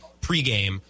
pregame